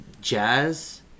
jazz